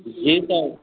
जी sir